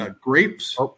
grapes